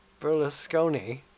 Berlusconi